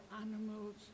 animals